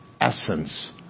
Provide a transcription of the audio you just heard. essence